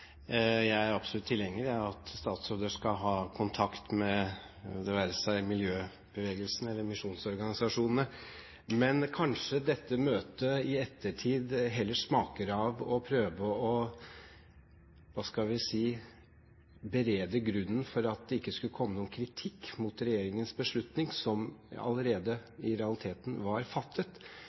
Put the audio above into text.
Jeg er absolutt tilhenger av at statsråder skal ha kontakt med det være seg miljøbevegelsen eller misjonsorganisasjonene. Men kanskje dette møtet i ettertid heller smaker av å prøve å – hva skal vi si – berede grunnen for at det ikke skulle komme noen kritikk mot regjeringens beslutning, som allerede i realiteten var fattet.